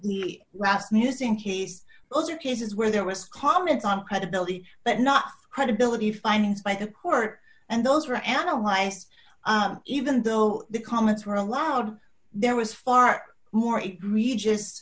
at rap music he's also cases where there was comments on credibility but not credibility findings by the court and those were analyzed even though the comments were allowed there was far more re